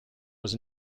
was